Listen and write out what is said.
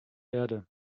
erde